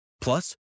Plus